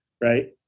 right